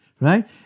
right